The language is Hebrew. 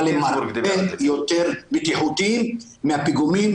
אבל הם הרבה יותר בטיחותיים מהפיגומים